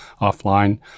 offline